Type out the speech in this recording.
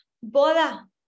boda